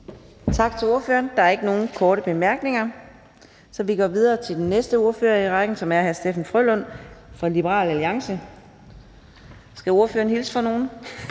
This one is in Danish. Tak til ordføreren. Der er ikke nogen korte bemærkninger, så vi går videre til den næste ordfører i rækken, som er hr. Steffen W. Frølund fra Liberal Alliance. Skal ordføreren hilse fra nogen?